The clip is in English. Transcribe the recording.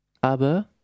aber